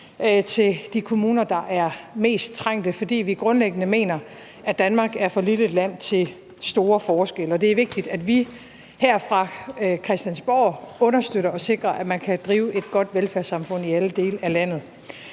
til de kommuner, der er mest trængte, fordi vi grundlæggende mener, at Danmark er for lille et land til store forskelle. Og det er vigtigt, at vi her fra Christiansborg understøtter og sikrer, at man kan drive et godt velfærdssamfund i alle dele af landet.